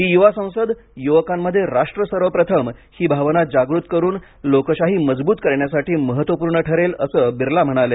ही युवा संसद युवकांमध्ये राष्ट्र सर्वप्रथम ही भावना जागृत करून लोकशाही मजबूत करण्यासाठी महत्त्वपूर्ण ठरेल असं बिरला म्हणाले